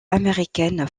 américaine